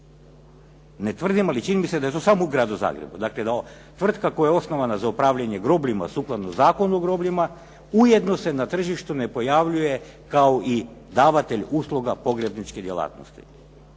Ne tvrdim, ali čini mi se da je to samo u Gradu Zagrebu. Dakle, tvrtka koja osnovana za upravljanje grobljima sukladno Zakonu o grobljima, ujedno se na tržištu ne pojavljuje kao i davatelj usluga pogrebničke djelatnosti.